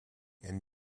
and